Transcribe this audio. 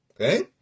Okay